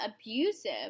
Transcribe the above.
abusive